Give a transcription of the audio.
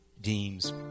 deems